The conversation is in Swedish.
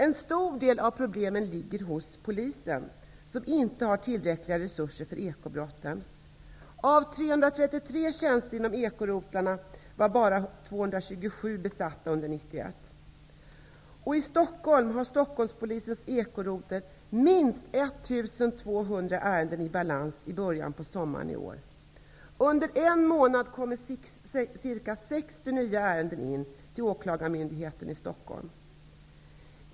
En stor del av problemen finns hos polisen, som inte har tillräckliga resurser för att utreda ekobrotten. Av 333 tjänster inom ekorotlarna var bara 227 besatta under 1991. Stockholmspolisens ekorotel hade minst 1 200 ärenden i balans i början av sommaren i år. Under en månad kom ca 60 nya ärenden in till åklagarmyndigheten i Stockkholm.